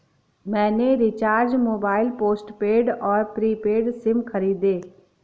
मैंने recharge mobile postpaid और prepaid SIM खरीदे